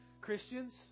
Christians